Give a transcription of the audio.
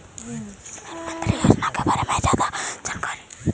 प्रधानमंत्री योजना के बारे में जादा जानकारी कहा से प्राप्त करे?